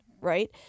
Right